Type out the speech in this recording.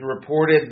reported